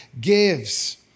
gives